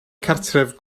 cartref